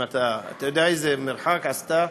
אתה יודע איזה מרחק עשתה,